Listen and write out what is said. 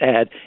add